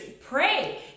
Pray